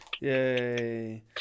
Yay